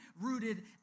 rooted